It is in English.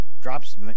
drops